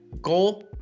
goal